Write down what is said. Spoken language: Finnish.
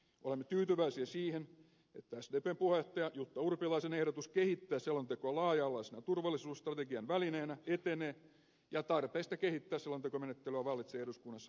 olemme tyytyväisiä siihen että sdpn puheenjohtajan jutta urpilaisen ehdotus kehittää selontekoa laaja alaisena turvallisuusstrategian välineenä etenee ja tarpeesta kehittää selontekomenettelyä vallitsee eduskunnassa yksimielisyys